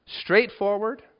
straightforward